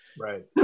right